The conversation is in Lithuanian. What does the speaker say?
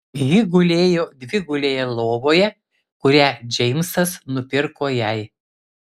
ji gulėjo dvigulėje lovoje kurią džeimsas nupirko jai